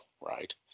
right